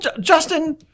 Justin